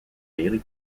daily